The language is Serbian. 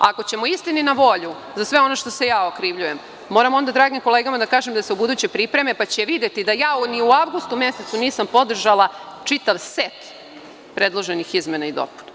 Ako ćemo istini na volju, za sve ono što se ja okrivljujem, moram onda dragim kolegama da kažem da se ubuduće pripreme, pa će videti da ja ni u avgustu mesecu nisam podržala čitav set predloženih izmena i dopuna.